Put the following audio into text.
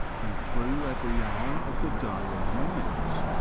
and through every hour of the day and night.